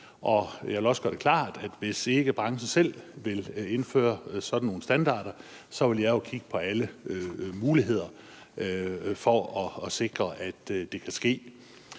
Og jeg vil også gøre det klart, at hvis ikke branchen selv vil indføre sådan nogle standarder, så vil jeg kigge på alle muligheder for at sikre, at det kan ske.